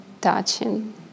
touching